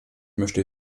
möchte